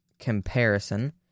Comparison